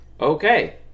Okay